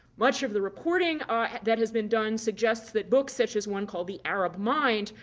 much of the reporting ah that has been done suggests that books such as one called the arab mind,